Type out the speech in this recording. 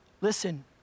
Listen